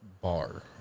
bar